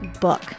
book